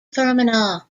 fermanagh